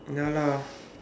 ya lah